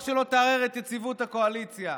רק שלא תערער את יציבות הקואליציה.